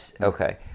okay